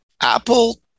Apple